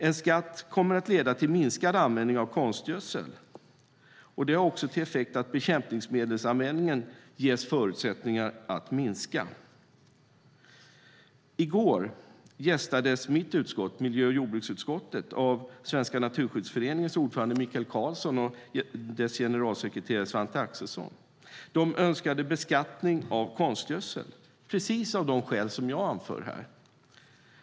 En skatt kommer att leda till minskad användning av konstgödsel, vilket har till effekt att bekämpningsmedelsanvändningen ges förutsättningar att minska. I går gästades miljö och jordbruksutskottet av Naturskyddsföreningens ordförande Mikael Karlsson och dess generalsekreterare Svante Axelsson. De önskade beskattning av konstgödsel, precis av de skäl jag här anför.